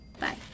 Bye